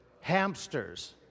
hamsters